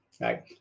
right